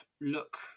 look